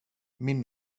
min